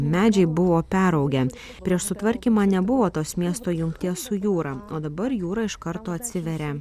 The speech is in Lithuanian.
medžiai buvo peraugę prieš sutvarkymą nebuvo tos miesto jungties su jūra o dabar jūra iš karto atsiveria